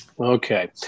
Okay